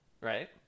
Right